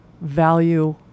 value